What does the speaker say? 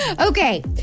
Okay